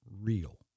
real